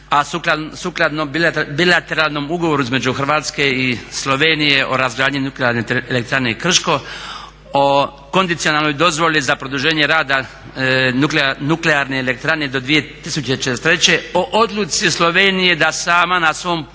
a sukladno bilateralnom ugovoru između Hrvatske i Slovenije o razgradnji Nuklearne elektrane Krško, o kondicionalnoj dozvoli za produženje rada nuklearne elektrane do 2043., o odluci Slovenije da sama na svom